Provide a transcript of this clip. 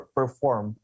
perform